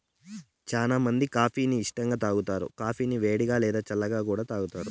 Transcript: చానా మంది కాఫీ ని ఇష్టంగా తాగుతారు, కాఫీని వేడిగా, లేదా చల్లగా కూడా తాగుతారు